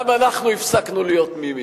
גם אנחנו הפסקנו להיות תמימים.